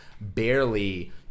barely